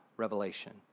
revelation